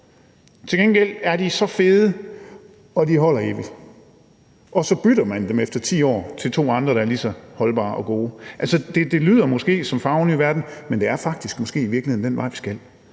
til gengæld er de så fede, og de holder evigt, og så bytter man dem efter 10 år til to andre, der er ligeså holdbare og gode. Det lyder måske som fagre nye verden, men det er faktisk måske i virkeligheden den vej, vi skal,